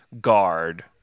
guard